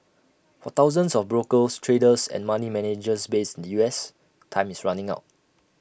for thousands of brokers traders and money managers based in the us time is running out